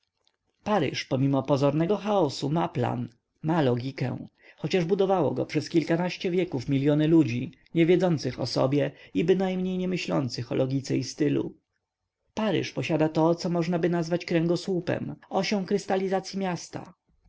europie paryż pomimo pozornego chaosu ma plan ma logikę chociaż budowało go przez kilkanaście wieków miliony ludzi nie wiedzących o sobie i bynajmniej nie myślących o logice i stylu paryż posiada to co możnaby nazwać kręgosłupem osią krystalizacyi miasta